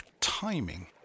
timing